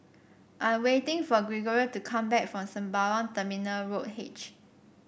I am waiting for Gregorio to come back from Sembawang Terminal Road H